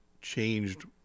changed